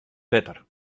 better